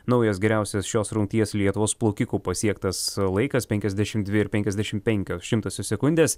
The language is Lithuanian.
naujas geriausias šios rungties lietuvos plaukikų pasiektas laikas penkiasdešimt dvi ir penkiasdešimt penkios šimtosios sekundės